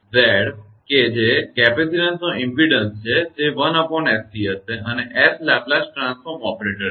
તેથી Zઝેડ કેપેસિટરનો ઇમપેડન્સ 1𝑆𝐶 હશે અને S લેપ્લેસ ટ્રાન્સફોર્મ ઓપરેટર છે